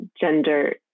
gender